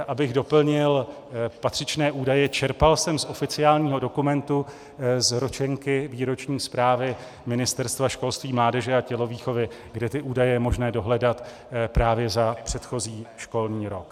Abych doplnil patřičné údaje, čerpal jsem z oficiálního dokumentu, z Ročenky výroční zprávy Ministerstva školství, mládeže a tělovýchovy, kde ty údaje je možné dohledat právě za předchozí školní rok.